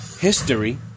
history